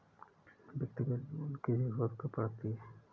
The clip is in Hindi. व्यक्तिगत लोन की ज़रूरत कब पड़ती है?